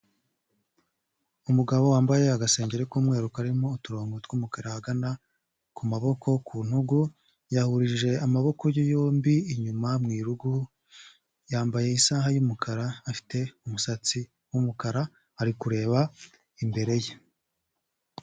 Umugabo wambaye agasengeri k'umweru karimo uturongo tw'umukara ahagana ku maboko; ku ntugu, yahurishije amaboko ye yombi inyuma mu rugo yambaye isaha y'umukara afite umusatsi w'umukara ari kureba imbere ye.